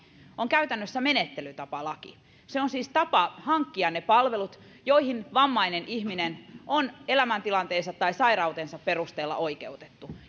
on käytännössä menettelytapalaki se on siis tapa hankkia ne palvelut joihin vammainen ihminen on elämäntilanteensa tai sairautensa perusteella oikeutettu